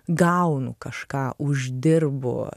gaunu kažką uždirbu